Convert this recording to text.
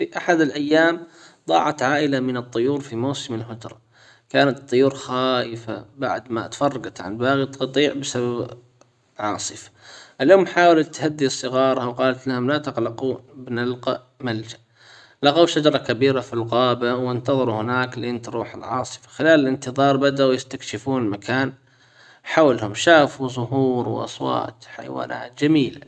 في احد الايام ضاعت عائلة من الطيور في موسم الهجرة كانت الطيور خايفة بعد ما تفرقت عن باقي القطيع بسبب عاصفة الام حاولت تهدي صغارها و قالت لهم لا تقلقوا بنلقى ملجأ لقوا شجرة كبيرة في الغابة وانتظروا هناك لين تروح العاصفة خلال الانتظار بدأوا يستكشفون المكان حولهم شافوا زهور واصوات حيوانات جميلة.